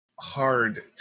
hard